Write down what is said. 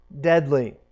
deadly